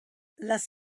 las